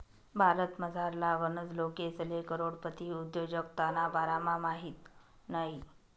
भारतमझारला गनच लोकेसले करोडपती उद्योजकताना बारामा माहित नयी